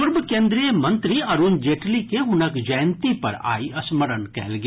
पूर्व केन्द्रीय मंत्री अरूण जेटली के हुनक जयंती पर आइ स्मरण कयल गेल